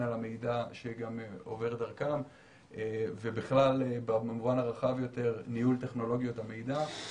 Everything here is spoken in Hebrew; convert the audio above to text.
על המידע שעובר דרכם ובכלל במובן הרחב היותר ניהול טכנולוגיות המידע.